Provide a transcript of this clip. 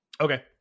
okay